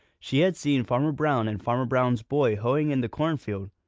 she had seen farmer brown and farmer brown's boy hoeing in the cornfield,